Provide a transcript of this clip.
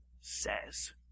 says